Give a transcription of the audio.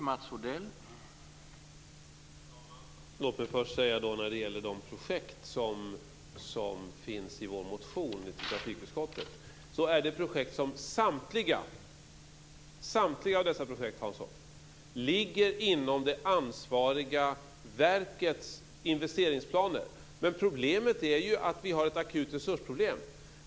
Herr talman! Låt mig först om de projekt som finns i vår motion på trafikområdet säga att samtliga dessa ligger inom det ansvariga verkets investeringsplaner. Problemet är att vi har en akut resursbrist.